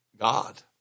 God